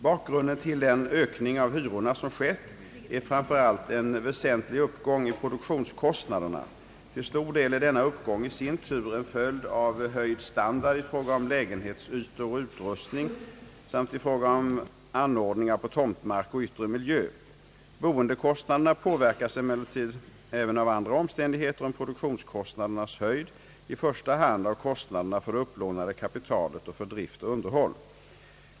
Bakgrunden till den ökning av hyrorna som skett är framför allt en väsentlig uppgång i produktionskostnaderna. Till stor del är denna uppgång i sin tur en följd av höjd standard i fråga om lägenhetsytor och utrustning samt i fråga om anordningar på tomtmark och yttre miljö. Boendekostnaderna påverkas emellertid även av andra omständigheter än produktionskostnadernas höjd, i första hand av kostnaderna för det upplånade kapitalet och för drift och underhåll.